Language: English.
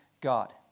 God